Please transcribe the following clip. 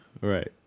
Right